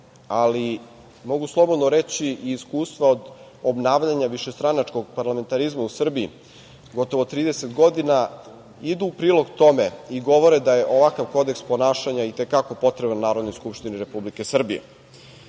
ali mogu slobodno reći i iskustva od obnavljanja višestranačkog parlamentarizma u Srbiji, gotovo 30 godina, idu u prilog tome i govore da je ovakav kodeks ponašanja i te kako potreban Narodnoj skupštini Republike Srbije.